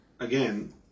again